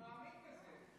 הוא מאמין בזה.